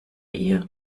ihr